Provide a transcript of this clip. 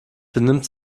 benimmt